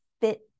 fit